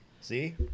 See